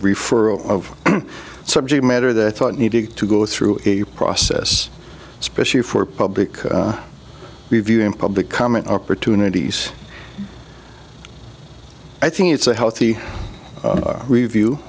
referral of subject matter that i thought needed to go through a process especially for public review and public comment opportunities i think it's a healthy review